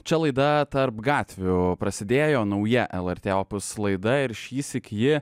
čia laida tarp gatvių prasidėjo nauja lrt opus laida ir šįsyk ji